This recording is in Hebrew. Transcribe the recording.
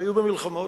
שהיו במלחמות,